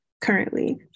currently